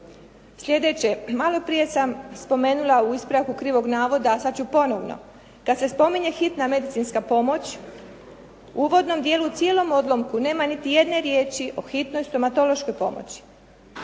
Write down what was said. Sljedeće. Malo prije sam spomenula u ispravku krivog navoda, a sada ću ponovo. Kada se spominje hitna medicinska pomoć, u uvodnom dijelu cijelom odlomku nema niti jedne riječi o hitnoj stomatološkoj pomoći.